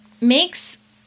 makes